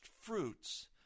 fruits